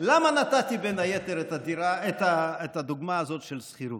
למה נתתי בין היתר את הדוגמה הזאת של שכירות?